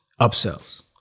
upsells